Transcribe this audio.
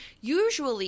usually